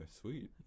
Sweet